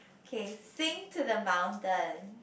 okay sing to the mountain